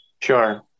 Sure